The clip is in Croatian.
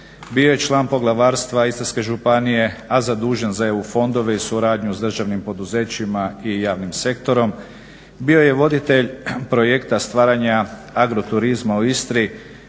bio je član poglavarstva Istarske županije a zadužen za EU fondove i suradnju s državnim poduzećima i javnim sektorom, bio je voditelj projekta stvaranja Agroturzma u Istri